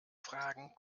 fragen